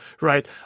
right